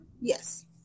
Yes